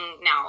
now